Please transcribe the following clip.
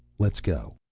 let's go.